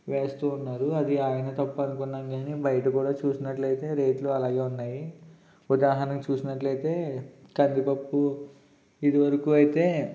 వేస్తూ ఉన్నారు అది ఆయన తప్పు అనుకున్నాం కానీ బయట కూడా చూసినట్లయితే రేట్లు అలాగే ఉన్నాయి ఉదాహరణ చూసినట్లయితే కందిపప్పు ఇదివరకు అయితే